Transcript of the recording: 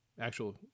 actual